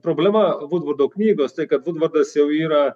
problema vudvordo knygos tai kad vudvordas jau yra